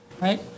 Right